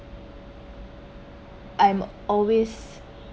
I’m always